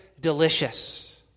delicious